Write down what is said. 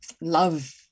love